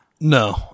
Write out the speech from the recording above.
No